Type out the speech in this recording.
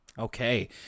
Okay